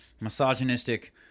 misogynistic